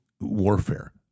warfare